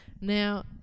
Now